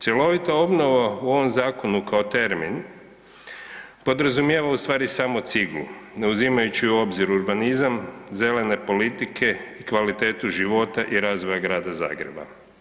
Cjelovita obnova u ovom zakonu kao termin podrazumijeva ustvari samo ciglu, ne uzimajući u obzir urbanizam, zelene politike, kvalitetu života i razvoja Grada Zagreba.